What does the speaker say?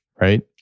right